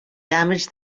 damaged